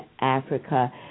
Africa